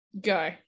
go